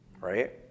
Right